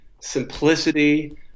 simplicity